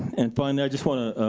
and finally i just wanna,